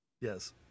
Yes